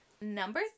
Number